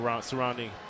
surrounding